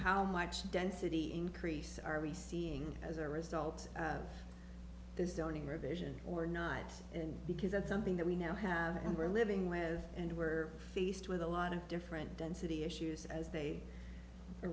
how much density increase are we seeing as a result of the zoning revision or not and because that's something that we now have and we're living with and we're faced with a lot of different density issues as they